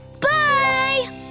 Bye